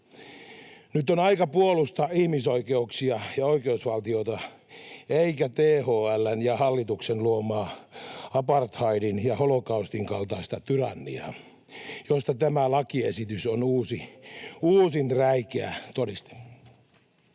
Nyt on aika puolustaa ihmisoikeuksia ja oikeusvaltiota eikä THL:n ja hallituksen luomaa apartheidin ja holokaustin kaltaista tyranniaa, joista tämä lakiesitys on uusin räikeä todiste.